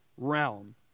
realm